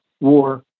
war